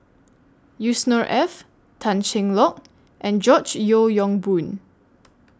Yusnor Ef Tan Cheng Lock and George Yeo Yong Boon